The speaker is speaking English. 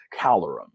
Calorum